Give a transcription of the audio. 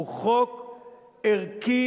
הוא חוק ערכי,